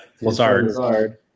Lazard